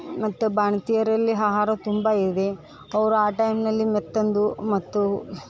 ಮತ್ತು ಬಾಣಂತಿಯರಲ್ಲಿ ಆಹಾರ ತುಂಬ ಇದೆ ಅವರು ಆ ಟೈಮ್ನಲ್ಲಿ ಮೆತ್ತಂದು ಮತ್ತು